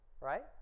right